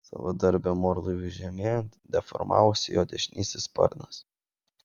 savadarbiam orlaiviui žemėjant deformavosi jo dešinysis sparnas